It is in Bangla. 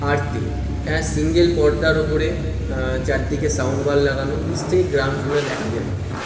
আরতি সিঙ্গেল পর্দার ওপরে চারদিকে সাউন্ড বার লাগানো নিশ্চয়ই গ্রাউন্ড ফ্লোরে দেখা যায়